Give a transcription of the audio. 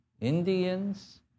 Indians